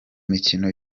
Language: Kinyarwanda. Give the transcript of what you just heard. mikino